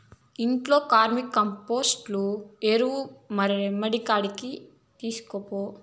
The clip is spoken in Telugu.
ఇంట్లో వర్మీకంపోస్టు ఎరువు మడికాడికి తీస్కపో